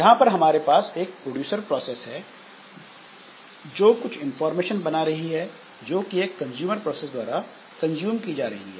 यहां पर हमारे पास एक प्रोड्यूसर प्रोसेस है जो कुछ इंफॉर्मेशन बना रही है जोकि एक कंजूमर प्रोसेसर द्वारा कंज्यूम की जा रही है